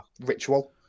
ritual